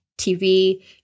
TV